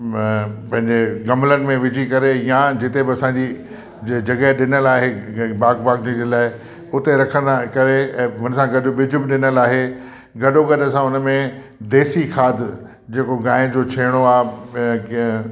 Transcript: पंहिंजे गमलनि में विझी करे या जिते बि असांजी जॻह ॾिनल आहे बाग़बानी जे लाइ हुते रखनि लाइ करे ऐं हुन सां गॾु बिज बि ॾिनल आहे गॾो गॾु असां हुन में देसी खाद जेको गांहि जो छेड़ो आहे